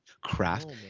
craft